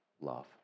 love